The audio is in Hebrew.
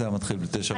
זה היה מתחיל ב-09:30.